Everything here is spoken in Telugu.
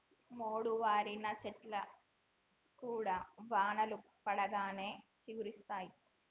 మోడువారిన చెట్లు కూడా వానలు పడంగానే చిగురిస్తయి